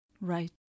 Right